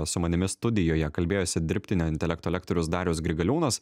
su manimi studijoje kalbėjosi dirbtinio intelekto lektorius darius grigaliūnas